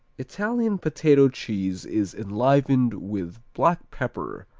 italian potato cheese is enlivened with black pepper,